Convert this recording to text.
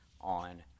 on